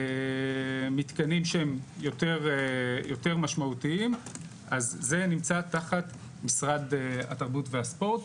מתקנים שהם יותר משמעותיים אז זה נמצא תחת משרד התרבות והספורט,